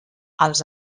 als